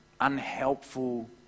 unhelpful